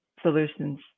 solutions